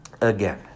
again